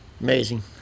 Amazing